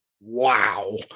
wow